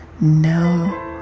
No